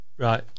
Right